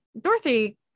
Dorothy